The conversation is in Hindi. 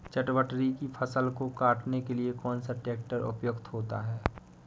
चटवटरी की फसल को काटने के लिए कौन सा ट्रैक्टर उपयुक्त होता है?